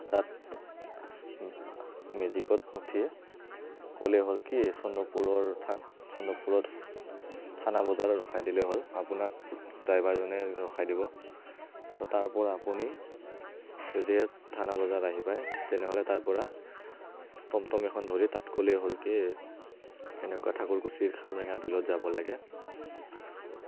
তাত মেজিকত উঠি ক'লেই হ'ল কি চন্দ্ৰপুৰৰ চন্দ্ৰপুৰত থানা বজাৰত ৰখাই দিলে হ'ল আপোনাক ড্ৰাইভাৰজনে ৰখাই দিব তাৰপৰা আপুনি যেতিয়া থানা বজাৰত আহি পায় তেনেহ'লে তাৰপৰা টমটম এখন ধৰি তাত ক'লেই হ'ল কি এনেকুৱা ঠাকুৰকুছীৰ খামৰেঙা বিলত যাব লাগে